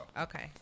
Okay